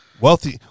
wealthy